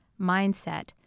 mindset